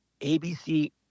ABC